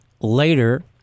later